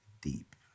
deep